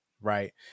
Right